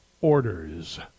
orders